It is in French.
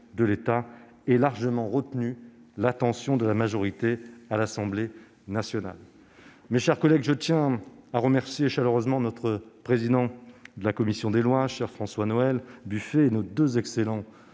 de l'État, aient largement retenu l'attention de la majorité à l'Assemblée nationale. Mes chers collègues, je tiens à remercier chaleureusement le président de la commission des lois, cher François-Noël Buffet, et nos deux excellents